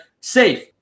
Safe